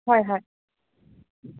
হয় হয়